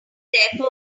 therefore